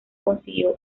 consiguió